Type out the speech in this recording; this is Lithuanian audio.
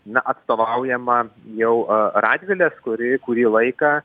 na atstovaujama jau radvilės kuri kurį laiką